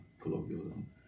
colloquialism